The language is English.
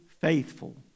faithful